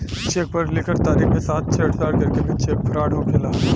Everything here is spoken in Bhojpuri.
चेक पर लिखल तारीख के साथ छेड़छाड़ करके भी चेक फ्रॉड होखेला